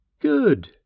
Good